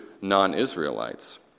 non-Israelites